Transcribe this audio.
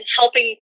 helping